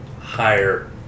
higher